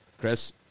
Chris